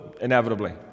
inevitably